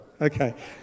Okay